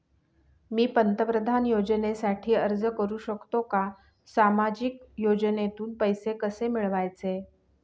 मी पंतप्रधान योजनेसाठी अर्ज करु शकतो का? सामाजिक योजनेतून पैसे कसे मिळवायचे